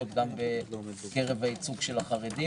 לגבי הייצוג של החרדים.